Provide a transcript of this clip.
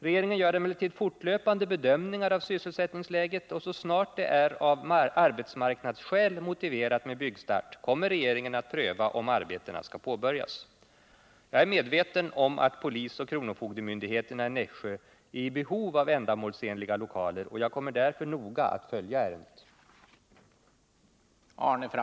Regeringen gör emellertid fortlöpande bedömningar av sysselsättningsläget, och så snart det är av arbetsmarknadsskäl motiverat med byggstart kommer regeringen att pröva om arbetena skall påbörjas. Jag är medveten om att polisoch kronofogdemyndigheterna i Nässj behov av ändamålsenliga lokaler, och jag kommer därför att noga följa